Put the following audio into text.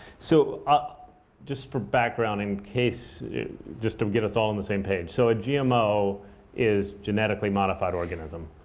so ah just for background, in case just to get us all on the same page. so a gmo is genetically modified organism.